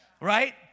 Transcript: right